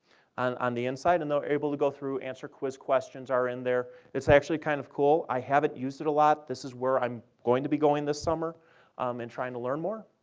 and on the inside, and they're able to go through, answer quiz questions that are in there. it's actually kind of cool. i haven't used it a lot. this is where i'm going to be going this summer um and trying to learn more.